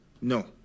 No